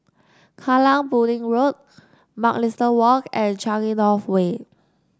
Kallang Pudding Road Mugliston Walk and Changi North Way